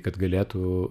kad galėtų